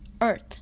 earth